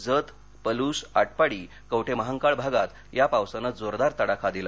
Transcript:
जत पलूस आटपाडी कवठेमहांकाळ भागात या पावसाने जोरदार तडाखा दिला